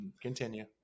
Continue